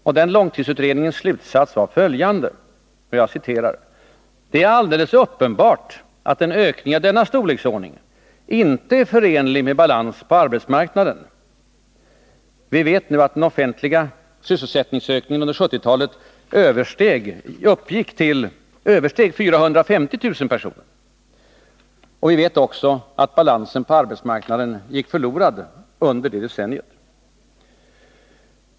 Och den långtidsutredningens slutsats var följande: ”Det är alldeles uppenbart att en ökning av denna storleksordning ej är förenlig med balans på arbetsmarknaden.” Vi vet nu att den offentliga sysselsättningsökningen under 1970-talet översteg 450 000 personer. Och vi vet också att balansen på arbetsmarknaden gick förlorad under det decenniet.